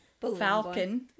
Falcon